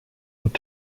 und